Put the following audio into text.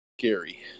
scary